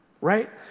right